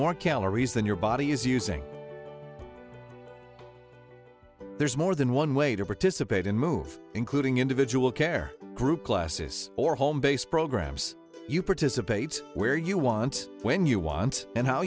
more calories than your body is using there's more than one way to participate in move including individual care group classes or home based programs you participate where you want when you want and how